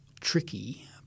tricky